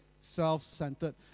self-centered